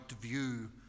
view